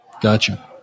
Gotcha